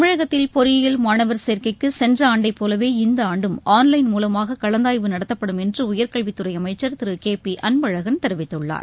தமிழகத்தில் பொறியியல் மாணவர் சேர்க்கைக்கு சென்ற ஆண்டைப் போலவே இந்த ஆண்டும் ஆன்லைன் மூலமாக கலந்தாய்வு நடத்தப்படும் என்று உயர்கல்வித் துறை அமைச்சர் திரு கே பி அன்பழகள் தெரிவித்துள்ளார்